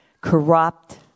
corrupt